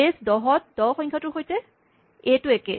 বেচ ১০ ত ১০ সংখ্যাটোৰ সৈতে এ টো একে